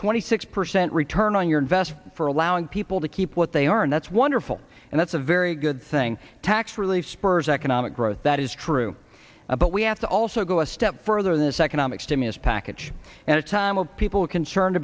twenty six percent return on your investment for allowing people to keep what they are and that's wonderful and that's a very good thing tax relief spurs economic growth that is true but we have to also go a step further in this economic stimulus package and a time of people concerned